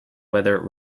whether